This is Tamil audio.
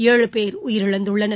ஏழு பேர் உயிரிழந்துள்ளனர்